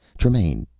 tremaine,